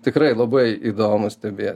tikrai labai įdomu stebė